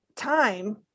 Time